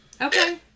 Okay